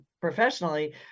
professionally